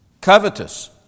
Covetous